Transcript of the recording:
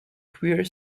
queer